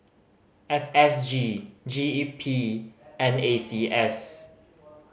S S G G E P and A C E S